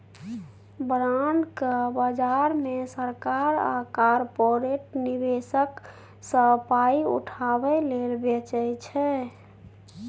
bond केँ बजार मे सरकार आ कारपोरेट निबेशक सँ पाइ उठाबै लेल बेचै छै